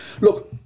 Look